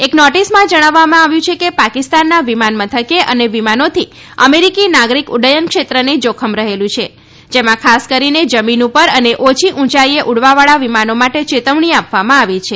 એક નોટીસમાં જણાવવામાં આવ્યું છે કે પાકિસ્તાનમાં વિમાન મથકે અને વિમાનોથી અમેરિકી નાગરિક ઉફયન ક્ષેત્રનો જોખમ રહેલું છે જેમાં ખાસ કરીને જમીન ઉપર અને ઓછી ઊંચાઈએ ઉડવાવાળા વિમાનો માટે ચેતવણી છે